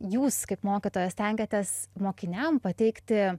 jūs kaip mokytojas stengiatės mokiniam pateikti